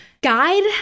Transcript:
guide